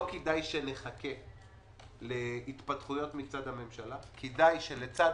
לא כדאי שנחכה להתפתחויות מצד הממשלה, כדאי שלצד